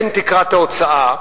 בין תקרת ההוצאה,